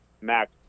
max